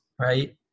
right